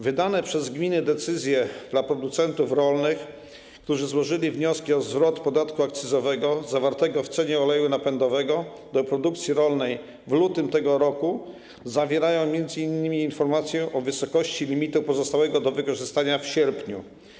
Wydane przez gminy decyzje dla producentów rolnych, którzy złożyli wnioski o zwrot podatku akcyzowego zawartego w cenie oleju napędowego do produkcji rolnej w lutym tego roku, zawierają m.in. informację o wysokości limitu pozostałego do wykorzystania w sierpniu.